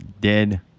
Dead